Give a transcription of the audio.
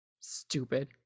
Stupid